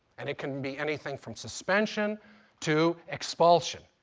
and it can be anything from suspension to expulsion.